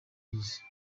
y’isi